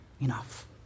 enough